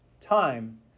time